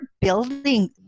building